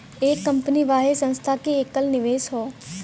एक कंपनी वाहे संस्था के कएल निवेश हौ